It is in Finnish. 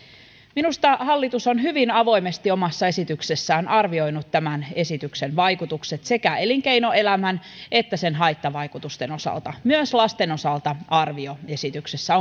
minusta hallitus on hyvin avoimesti omassa esityksessään arvioinut tämän esityksen vaikutukset sekä elinkeinoelämän että sen haittavaikutusten osalta myös arvio lasten osalta on esityksessä